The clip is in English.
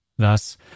Thus